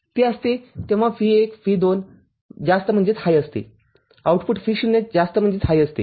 ते असते जेव्हा V१V२ जास्त असते आउटपुट Vo जास्त असते